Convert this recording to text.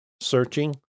searching